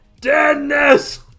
Dennis